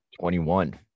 21